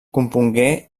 compongué